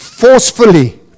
Forcefully